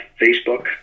Facebook